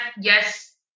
yes